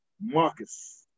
Marcus